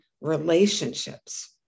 relationships